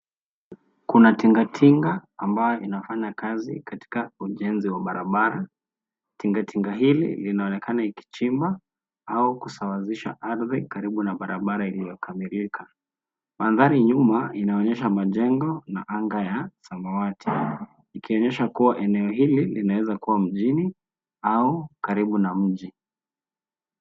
Kuna tingatinga ambayo inafanya kazi katika ujenzi wa barabara. Tingatinga hili linaonekana kuchimba au kusawazisha ardhi karibu na barabara iliyokamilika. Mandhari nyuma inaonyesha majengo na anga ya samawati; ikionyesha kuwa eneo hili linaweza kuwa mjini au karibu na mji.